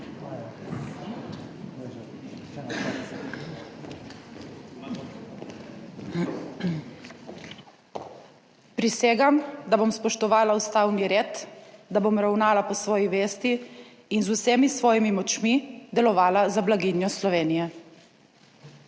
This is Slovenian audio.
Prisegam, da bom spoštovala ustavni red, da bom ravnala po svojih vesti in z vsemi svojimi močmi delovala za blaginjo Slovenije.